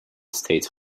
states